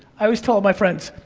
i always tell all my friends,